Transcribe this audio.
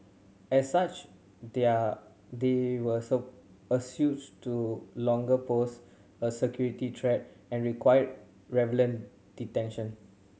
as such they are they were so assessed to no longer pose a security threat and required revenant detention